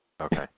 Okay